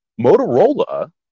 Motorola